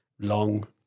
long